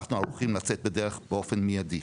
אנחנו ערוכים לצאת לדרך באופן מידי.